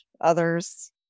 others